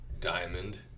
diamond